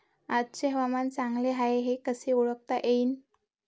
आजचे हवामान चांगले हाये हे कसे ओळखता येईन?